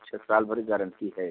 अच्छा साल भर की गारेंटी है